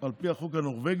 על פי החוק הנורבגי.